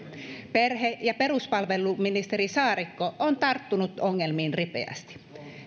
perhe ja peruspalveluministeri saarikko on tarttunut ongelmiin ripeästi